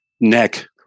Neck